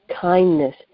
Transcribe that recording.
kindness